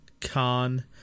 Khan